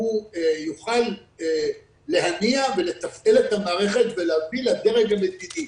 יוכל להניע ולתפעל את המערכת ולהביא לדרג המדיני.